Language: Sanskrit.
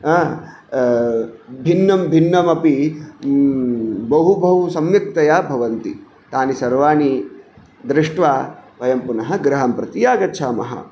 भिन्नं भिन्नमपि बहु बहु सम्यक्तया भवन्ति तानि सर्वाणि दृष्ट्वा वयं पुनः गृहं प्रति आगच्छामः